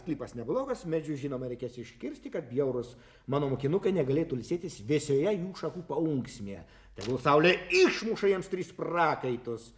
sklypas neblogas medžius žinoma reikės iškirsti kad bjaurūs mano mokinukai negalėtų ilsėtis vėsioje jų šakų paunksmėje tegul saulė išmuša jiems tris prakaitus